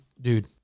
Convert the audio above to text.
dude